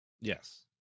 Yes